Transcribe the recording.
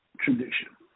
tradition